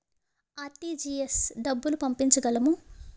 RTGS డబ్బులు పంపించగలము?